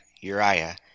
Uriah